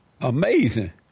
Amazing